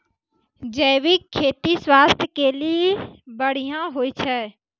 जैविक खेती स्वास्थ्य के लेली बढ़िया होय छै